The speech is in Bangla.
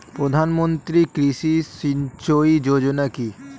প্রধানমন্ত্রী কৃষি সিঞ্চয়ী যোজনা কি?